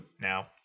now